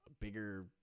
bigger